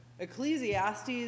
Ecclesiastes